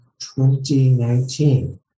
2019